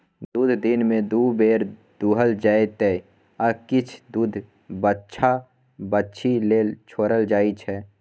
दुध दिनमे दु बेर दुहल जेतै आ किछ दुध बछ्छा बाछी लेल छोरल जाइ छै